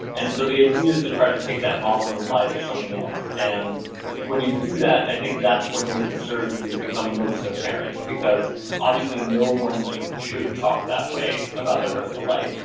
and so the idea is to try to take that model and apply it to something else, and when you do that i think that's when those absurdities become most apparent because obviously no one should talk that way about their personal life.